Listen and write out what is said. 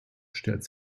stellt